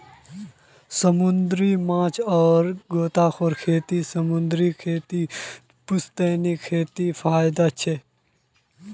समूंदरी माछ आर गाछेर खेती समूंदरी खेतीर पुश्तैनी खेतीत फयदा छेक